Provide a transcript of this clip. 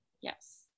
Yes